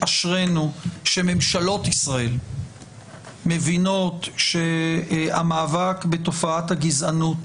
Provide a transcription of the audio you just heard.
אשרינו שממשלות ישראל מבינות שהמאבק בתופעת הגזענות,